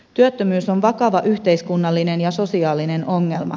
työttömyys on vakava yhteis kunnallinen ja sosiaalinen ongelma